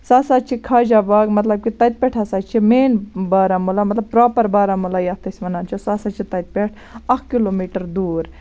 سُہ ہَسا چھُ خاجہَ باغ مَطلَب کہِ تَتہِ پٮ۪ٹھ ہَسا چھ مین بارہمُلہ مَطلَب پراپَر بارہمُلہ یتھ أسۍ وَنان چھِ سُہ ہَسا چھُ تَتہِ پٮ۪ٹھ اکھ کِلوٗ میٖٹَر دوٗر